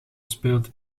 speelt